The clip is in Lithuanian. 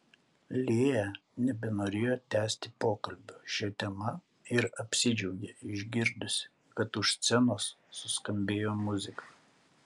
lėja nebenorėjo tęsti pokalbio šia tema ir apsidžiaugė išgirdusi kad už scenos suskambėjo muzika